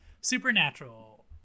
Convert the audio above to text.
supernatural